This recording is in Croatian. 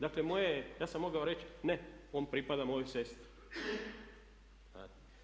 Dakle, moje je, ja sam mogao reći ne, on pripada mojoj sestri, znate.